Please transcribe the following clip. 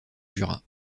jura